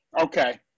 Okay